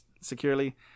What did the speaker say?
securely